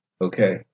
okay